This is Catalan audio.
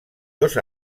dos